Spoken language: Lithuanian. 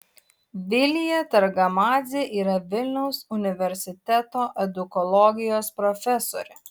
vilija targamadzė yra vilniaus universiteto edukologijos profesorė